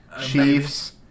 Chiefs